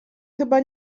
chyba